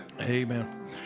Amen